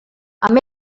amb